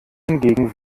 hingegen